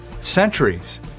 centuries